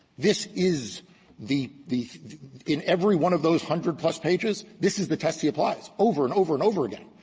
this is the the in every one of those hundred-plus pages, this is the test he applies, over and over and over again.